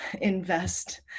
invest